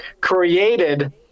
created